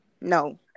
No